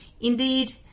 Indeed